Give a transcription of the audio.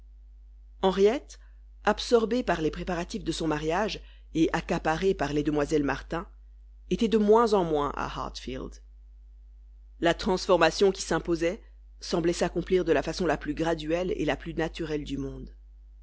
henriette absorbée par les préparatifs de son mariage et accaparée par les demoiselles martin était de moins en moins à hartfield la transformation qui s'imposait semblait s'accomplir de la façon la plus graduelle et la plus naturelle du monde